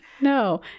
No